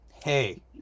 Hey